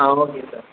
ah okay sir